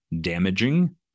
damaging